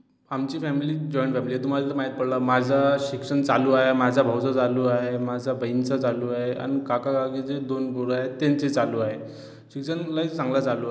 आमची family joint family आहे तुम्हाला तर माहीत पडलं माझं शिक्षण चालू आहे माझ्या भाऊचं चालू आहे माझ्या बहिणीचं चालू आहे आणि काका काकीचे दोन पोरं आहेत त्यांचेही चालू आहे शिक्षण लय चांगलं चालू आहे